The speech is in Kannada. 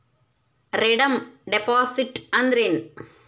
ರೆಡೇಮ್ ಡೆಪಾಸಿಟ್ ಅಂದ್ರೇನ್?